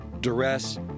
duress